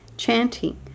Chanting